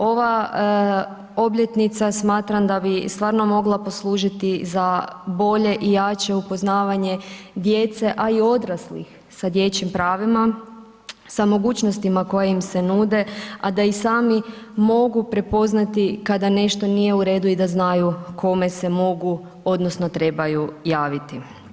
Ova obljetnica smatram da bi stvarno mogla poslužiti za bolje i jače upoznavanje djece a i odraslih sa dječjim pravima sa mogućnostima koje im se nude a da i sami mogu prepoznati kada nešto nije u redu i da znaju kome se mogu, odnosno trebaju javiti.